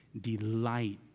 Delight